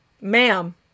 Ma'am